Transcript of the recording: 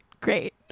great